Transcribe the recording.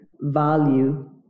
value